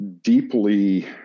deeply